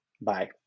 Bye